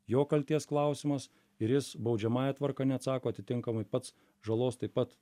jo kaltės klausimas ir jis baudžiamąja tvarka neatsako atitinkamai pats žalos taip pat